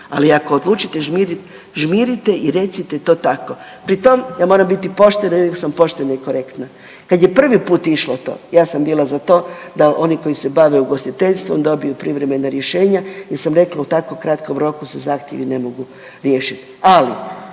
ali ako odučite žmirit žmirite i recite to tako. Pri tom, ja moram biti poštena i u uvijek sam poštena i korektna, kad je prvi put išlo to ja sam bila za to da oni koji se bave ugostiteljstvom dobiju privremena rješenja jel sam rekla u tako kratkom roku se zahtjevi ne mogu riješit, ali